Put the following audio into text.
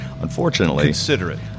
Unfortunately